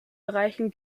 bereichen